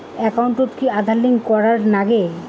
একাউন্টত কি Aadhaar card link করের নাগে?